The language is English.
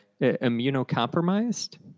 immunocompromised